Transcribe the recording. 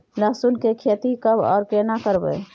लहसुन की खेती कब आर केना करबै?